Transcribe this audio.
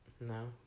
no